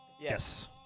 Yes